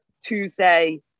Tuesday